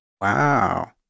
Wow